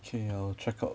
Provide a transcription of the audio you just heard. K I will check out